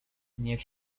niech